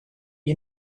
you